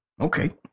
Okay